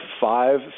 five